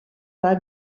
pas